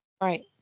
right